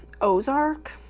Ozark